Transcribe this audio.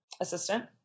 assistant